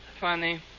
Funny